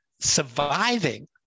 surviving